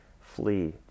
flee